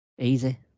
Easy